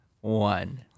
one